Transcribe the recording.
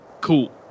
Cool